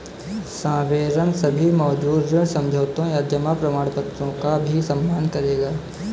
sovereign सभी मौजूदा ऋण समझौतों या जमा प्रमाणपत्रों का भी सम्मान करेगा